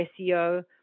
SEO